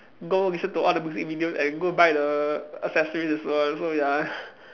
go listen to all the music videos and go buy the accessories also so ya